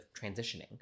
transitioning